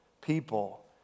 people